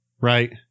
Right